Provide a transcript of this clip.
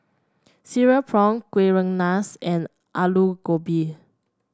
Cereal Prawns Kuih Rengas and Aloo Gobi